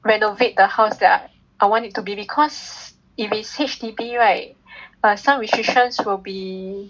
renovate the house that I I want it to be because if it is H_D_B right like some restrictions will be